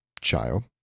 child